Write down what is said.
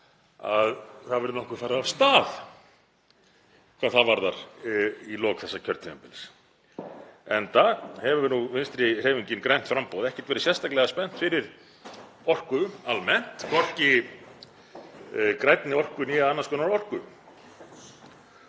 að það verði nokkuð farið af stað hvað það varðar í lok þessa kjörtímabils, enda hefur Vinstrihreyfingin – grænt framboð ekkert verið sérstaklega spennt fyrir orku almennt, hvorki grænni orku né annars konar orku